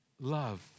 love